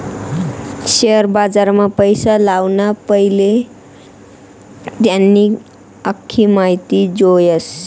share बजारमा पैसा लावाना पैले त्यानी आख्खी माहिती जोयजे